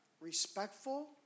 respectful